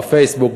בפייסבוק,